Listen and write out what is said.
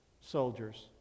soldiers